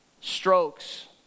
Strokes